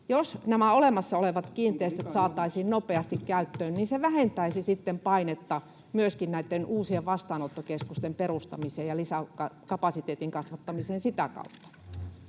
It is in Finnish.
jos nämä olemassa olevat kiinteistöt saataisiin nopeasti käyttöön, niin se vähentäisi sitten painetta myöskin näitten uusien vastaanottokeskusten perustamiseen ja lisäkapasiteetin kasvattamiseen sitä kautta.